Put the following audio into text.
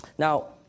Now